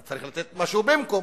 אתה צריך לתת משהו במקום.